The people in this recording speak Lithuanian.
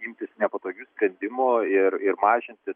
imtis nepatogių sprendimų ir ir mažinti